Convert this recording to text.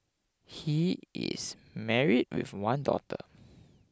he is married with one daughter